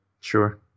Sure